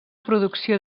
producció